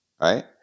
Right